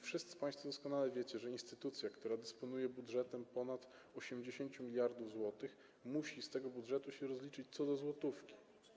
Wszyscy państwo doskonale wiecie, że instytucja, która dysponuje budżetem ponad 80 mld zł, musi z tego budżetu rozliczyć się co do złotówki.